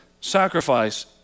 sacrifice